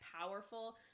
powerful